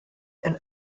and